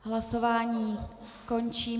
Hlasování končím.